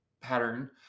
pattern